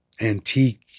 antique